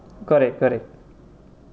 correct correct